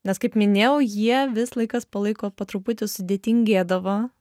nes kaip minėjau jie vis laikas po laiko po truputį sudėtingėdavo